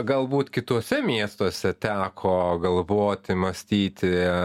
galbūt kituose miestuose teko galvoti mąstyti